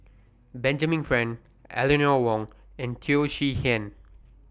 Benjamin Frank Eleanor Wong and Teo Chee Hean